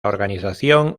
organización